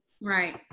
Right